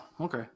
okay